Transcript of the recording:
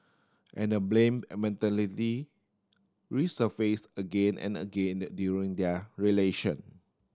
and the blame a mentality resurface again and again during their relation